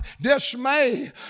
dismay